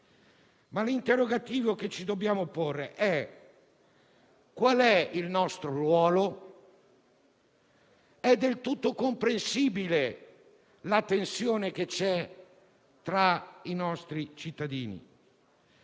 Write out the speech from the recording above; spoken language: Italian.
ma l'interrogativo che ci dobbiamo porre è: qual è il nostro ruolo? È del tutto comprensibile la tensione presente tra i nostri cittadini,